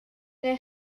neu